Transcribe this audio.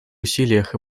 усилиях